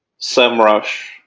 SEMrush